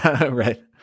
Right